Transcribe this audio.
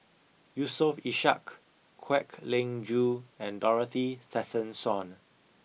Yusof Ishak Kwek Leng Joo and Dorothy Tessensohn